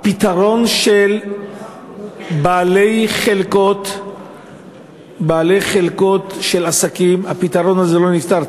הפתרון של בעלי חלקות של עסקים, זה לא נפתר.